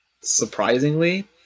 Surprisingly